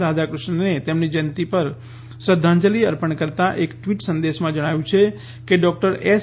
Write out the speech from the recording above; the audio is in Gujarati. રાધાકૃષ્ણનને તેમની જન્મજયંતિ પર શ્રદ્ધાંજલી અર્પણ કરતા એક ટ્વીટ સંદેશામાં જણાવ્યું છે કે ડોક્ટર એસ